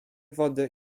wody